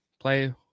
play